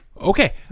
Okay